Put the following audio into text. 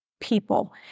people